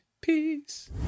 Peace